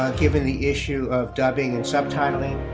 ah given the issue of dubbing and subtitling,